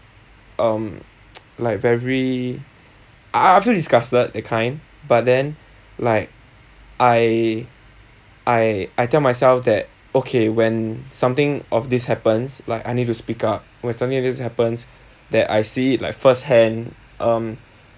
um like very I I feel disgusted that kind but then like I I I tell myself that okay when something of this happens like I need to speak up when something like this happens that I see it like first hand um